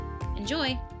Enjoy